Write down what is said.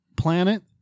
planet